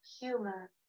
humor